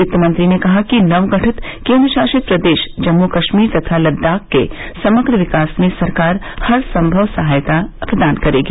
वित्तमंत्री ने कहा कि नवगठित केन्द्रशासित प्रदेश जम्मू कश्मीर तथा लद्दाख के समग्र विकास में सरकार हरसंभव सहायता प्रदान करेगी